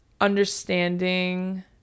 understanding